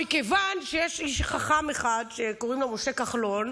מכיוון שיש איש חכם אחד שקוראים לו משה כחלון,